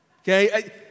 Okay